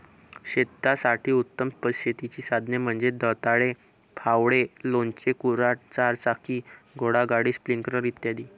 शेतासाठी उत्तम शेतीची साधने म्हणजे दंताळे, फावडे, लोणचे, कुऱ्हाड, चारचाकी घोडागाडी, स्प्रिंकलर इ